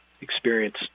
experience